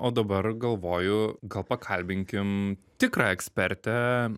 o dabar galvoju gal pakalbinkim tikrą ekspertę